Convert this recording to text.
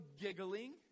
giggling